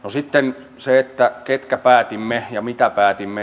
sitten se ketkä päätimme ja mitä päätimme